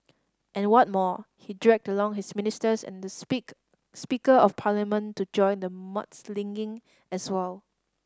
and what more he dragged along his ministers and the speak Speaker of Parliament to join the mudslinging as well